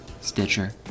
Stitcher